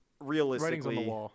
realistically